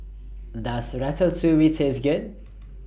Does Ratatouille Taste Good